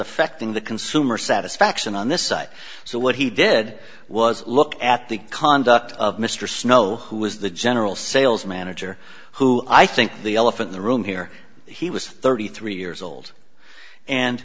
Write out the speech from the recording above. affecting the consumer satisfaction on this site so what he did was look at the conduct of mr snow who was the general sales manager who i think the elephant in the room here he was thirty three years old and